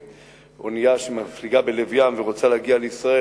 אונייה שמפליגה בלב ים ורוצה להגיע לישראל,